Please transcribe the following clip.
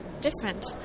different